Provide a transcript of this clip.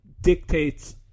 dictates